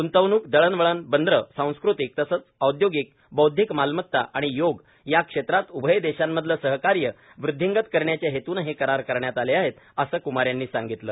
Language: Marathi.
ग्ंतवणूक दळणवळण बंदरं सांस्कृतिक तसंच औद्योगिक बौद्विक मालमत्ता आणि योग या क्षेत्रांत उभय देशांमधलं सहकार्य वृद्धींगत करण्याच्या हेतून हे करार करण्यात आले आहेत असं कुमार यांनी सांगितलं